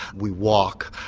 we walk,